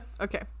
Okay